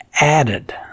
added